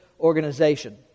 organization